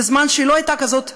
בזמן שהיא לא הייתה כזאת לעולם.